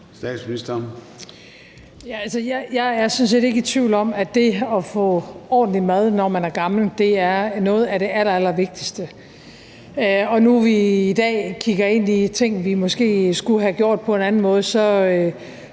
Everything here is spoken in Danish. Jeg er sådan set ikke i tvivl om, at det at få ordentlig mad, når man er gammel, er noget af det allerallervigtigste, og nu vi i dag kigger ind i ting, vi måske skulle have gjort på en anden måde,